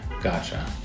gotcha